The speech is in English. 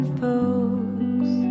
folks